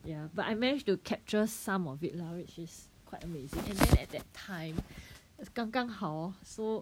ya but I managed to capture some of it lah which is quite amazing and then at that time is 刚刚好 lor so